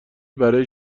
برای